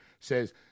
says